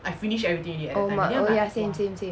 oh mah oh ya same same same